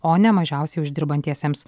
o ne mažiausiai uždirbantiesiems